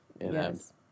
Yes